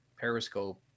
Periscope